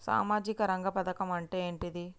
సామాజిక రంగ పథకం అంటే ఏంటిది?